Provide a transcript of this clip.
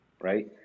right